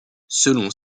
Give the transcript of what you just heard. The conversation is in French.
selon